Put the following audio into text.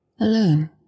alone